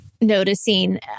noticing